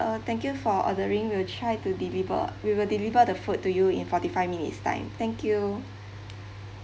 uh thank you for ordering we'll try to deliver we will deliver the food to you in forty five minutes time thank you